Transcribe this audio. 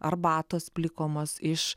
arbatos plikomos iš